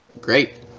Great